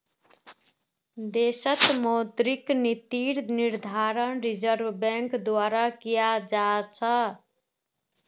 देशत मौद्रिक नीतिर निर्धारण रिज़र्व बैंक द्वारा कियाल जा छ